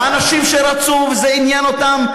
ואנשים שרצו וזה עניין אותם,